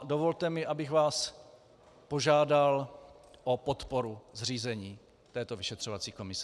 Dovolte mi, abych vás požádal o podporu zřízení této vyšetřovací komise.